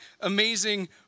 amazing